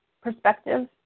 perspective